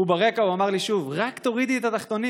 וברקע הוא אמר לי שוב: רק תורידי את התחתונים,